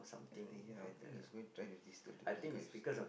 ah ah ya I think he's going trying to disturb the beehives